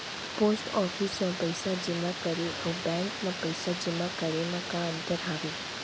post office मा पइसा जेमा करे अऊ बैंक मा पइसा जेमा करे मा का अंतर हावे